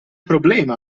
problema